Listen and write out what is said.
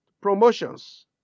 promotions